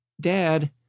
Dad